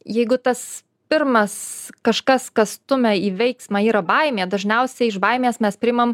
jeigu tas pirmas kažkas kas stumia į veiksmą yra baimė dažniausiai iš baimės mes priimam